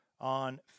on